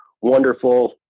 wonderful